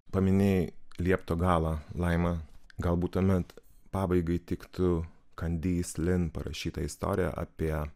paminėjai liepto galą laima galbūt tuomet pabaigai tiktų kandys lin parašyta istorija apie